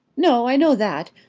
no i know that.